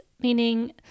meaning